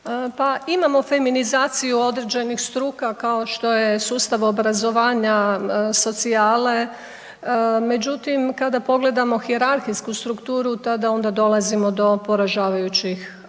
imamo feminizaciju određenih struka kao što je sustav obrazovanja, socijale, međutim kada pogledamo hijerarhijsku strukturu tada onda dolazimo do poražavajućih podatak